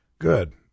Good